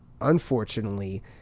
unfortunately